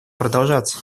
продолжаться